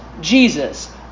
Jesus